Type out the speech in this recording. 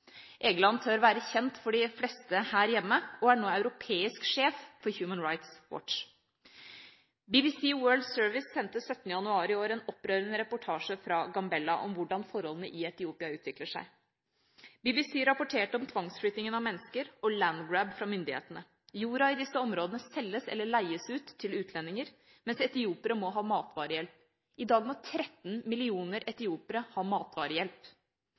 tør være kjent for de fleste her hjemme, og er nå europeisk sjef for Human Rights Watch. BBC World Service sendte 17. januar i år en opprørende reportasje fra Gambella om hvordan forholdene i Etiopia utvikler seg. BBC rapporterte om tvangsflyttingen av mennesker og «land grab» fra myndighetene. Jorda i disse områdene selges eller leies ut til utlendinger, mens etiopiere må ha matvarehjelp. I dag må 13 millioner etiopiere ha matvarehjelp.